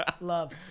love